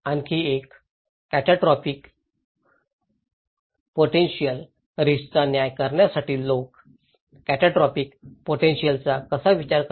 आणखी एक catastrophic potential रिस्कचा न्याय करण्यासाठी लोक काटस्ट्रोपिक पोटेन्शिअलचा कसा विचार करतात